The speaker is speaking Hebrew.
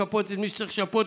לשפות את מי שצריך לשפות,